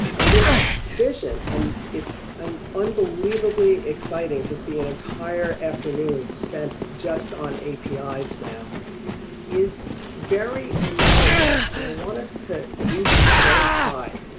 and this vision and it's an unbelievably exciting to see an entire afternoon spent just on api's now is very analogous and i want us to reach very high.